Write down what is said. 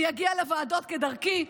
אני אגיע לוועדות, כדרכי,